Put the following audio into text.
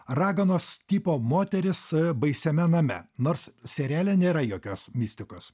raganos tipo moteris baisiame name nors seriale nėra jokios mistikos